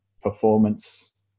Performance